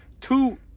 two